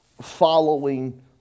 following